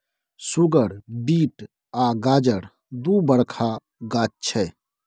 सुगर beet आ गाजर दु बरखा गाछ छै